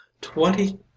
twenty